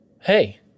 hey